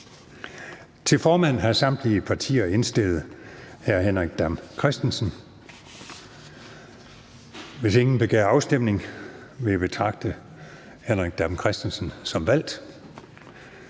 Til formand har samtlige partier indstillet hr. Henrik Dam Kristensen. Hvis ingen begærer afstemning, vil jeg betragte hr. Henrik Dam Kristensen som valgt.